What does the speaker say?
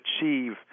achieve